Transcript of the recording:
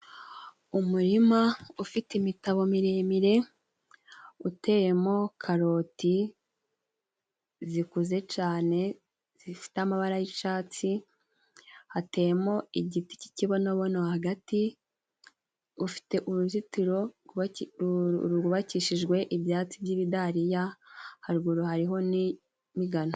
Umurima ufite imitabo miremire, uteyemo karoti zikuze cane, zifite amabara y'icatsi, hateyemo igiti cy'ikibonobono hagati, ufite uruzitiro rwubakishijwe ibyatsi by'ibidariya, haruguru hariho n'imigano.